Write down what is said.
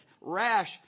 rash